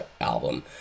album